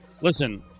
Listen